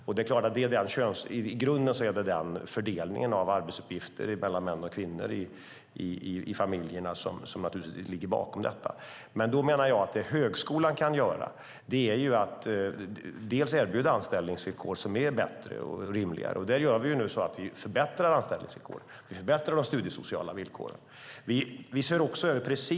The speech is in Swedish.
I grunden är det arbetsfördelningen mellan män och kvinnor i familjerna som ligger bakom detta. Jag menar att det som högskolan kan göra är att erbjuda bättre anställningsvillkor. Vi förbättrar anställningsvillkoren och de studiesociala villkoren.